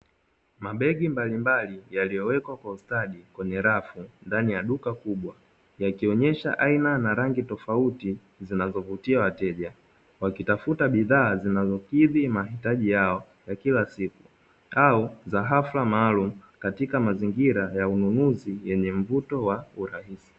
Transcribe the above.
Mabegi mbalimbali yaliyowekwa kwa ustadi wenye rafu ndani ya duka kubwa, yakionyesha aina na rangi tofauti zinazovutiwa wateja, wakitafuta bidhaa zinazokidhi mahitaji yao na kila siku au za hafla maalum katika mazingira ya ununuzi yenye mvuto wa urahisi.